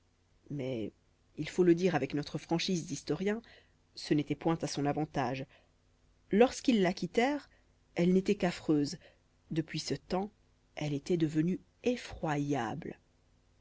mais il faut le dire avec notre franchise d'historien ce n'était point à son avantage lorsqu'ils la quittèrent elle n'était qu'affreuse depuis ce temps elle était devenue effroyable